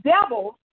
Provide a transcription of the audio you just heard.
devils